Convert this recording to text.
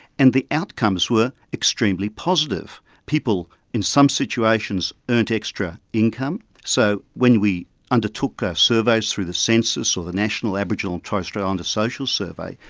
and the outcomes were extremely positive. people in some situations earned extra income. so when we undertook ah surveys through the census or the national aboriginal and torres strait islander social survey,